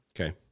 Okay